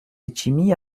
letchimy